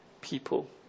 people